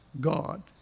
god